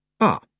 Ah